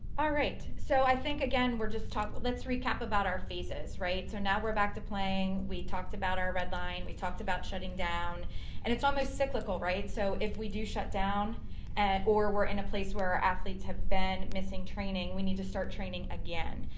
alright. so i think again, we're just talk, but let's recap about our faces, right? so now we're back to playing we talked about our red line, we talked about shutting down and it's almost cyclical, right? so if we do shut down at or we're in a place where athletes have been missing training we need to start training again.